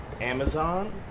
Amazon